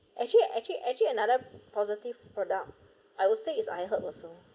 actually actually actually another positive product I would say is I heard also